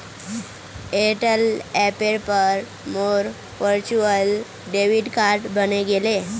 Airtel ऐपेर पर मोर वर्चुअल डेबिट कार्ड बने गेले